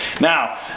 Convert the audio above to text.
Now